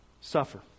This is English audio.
Suffer